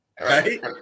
Right